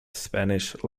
spanish